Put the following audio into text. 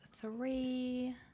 three